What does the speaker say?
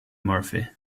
murphy